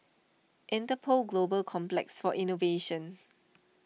Interpol Global Complex for Innovation